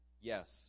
Yes